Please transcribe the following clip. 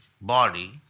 body